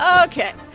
ok.